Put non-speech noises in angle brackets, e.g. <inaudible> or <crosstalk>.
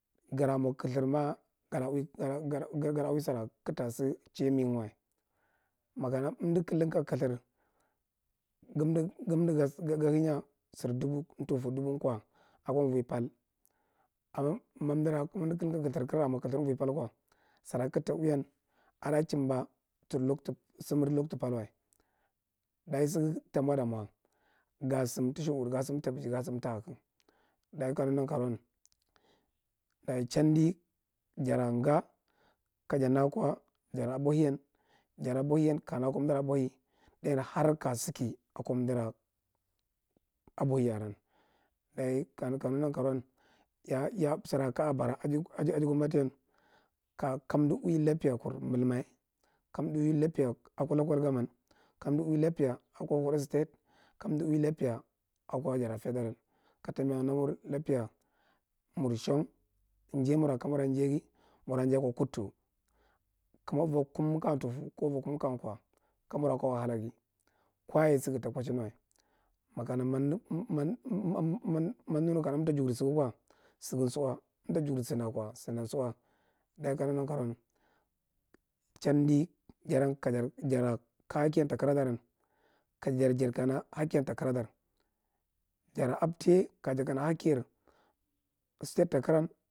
Gara mwa kdilthir ma gada gada gada gada ui sara kig ta sa chai manga wa. Makana amit koidong ka kilthir gamdo gamda, ga- ga- ga- hanya sar dubu ntutu, dubu nkwa akwa amuui pal, amma mamadara, mamda kainga ka kilthir kig ra mwa kilthir amuui pal kwa sara kig ta uiyan ada chimba sar lokia, samar loktu pal wa dayi saga ta maada mwa ga sam tashukud, ga sam tabiji ga sam tahag? Dayi ka naga nankaroan dagi chandi jara nga kaja naka jara abwahiyan, jara abwahiyan kaga naka amdara abwahi, dari nya har ka saki aka amdara abwahi ran. Dagi ka nag- kandga nankaroan, ya a- ya’an sara kaya a bara aji- aji gomnati aran kam- kamda ui lapiya kur milma, kamda ui lapiya akwa local gomman, kamda ui lapiya akwa borno state kamda ui lapiya aka jara federal ka tambiya nauwar lapiya mur shang, njaiya hurra kamura njai akwa ga mun njai akwa kutu. Ka mwa ava kunka tufu ko kunka nkewa kamuirra kwa wahalaga, kwaye se go ta kwachin wa makana <unintelligible> mamda nu kana amta jugdi sugt kwa, syad nsu’a, mamdo nu kana juita jugdi sanda kwa, sanda su’a dagi ko nada nakaroan, chandi jaran kadar, jarra ka hakin ta karadaran kajar jadi kana hakiyan ta korada jara abbo ye kaya jadi kana hakir stae ta kram….